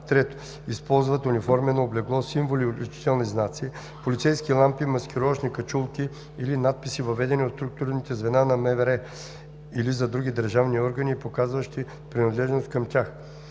3. използват униформено облекло, символи и отличителни знаци, полицейски лампи, маскировъчни качулки или надписи, въведени за структурни звена на МВР или за други държавни органи и показващи принадлежност към тях;